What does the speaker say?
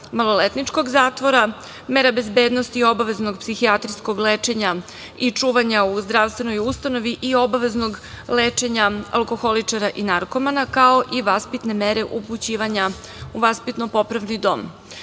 maloletničkog zatvora, mera bezbednosti i obaveznog psihijatrijskog lečenja i čuvanja u zdravstvenoj ustanovi i obaveznog lečenja alkoholičara i narkomana, kao i vaspitne mere upućivanja u vaspitno-popravni dom.